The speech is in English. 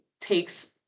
takes